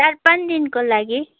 चार पाँच दिनको लागि